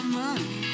money